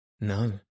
No